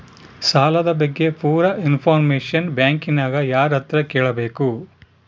ಸಾಲದ ಬಗ್ಗೆ ಪೂರ ಇಂಫಾರ್ಮೇಷನ ಬ್ಯಾಂಕಿನ್ಯಾಗ ಯಾರತ್ರ ಕೇಳಬೇಕು?